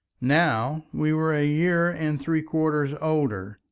now we were a year and three-quarters older,